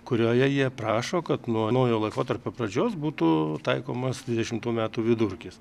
kurioje jie prašo kad nuo naujo laikotarpio pradžios būtų taikomas dvidešimtų metų vidurkis